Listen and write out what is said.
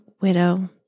widow